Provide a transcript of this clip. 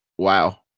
Wow